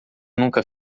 nunca